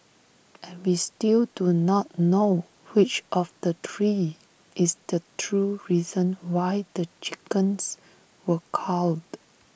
and we still do not know which of the three is the true reason why the chickens were culled